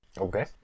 Okay